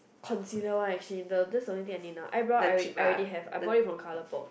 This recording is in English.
consider one actually the that's the only thing I need now eyebrow I already I already have I bought it from Colorpop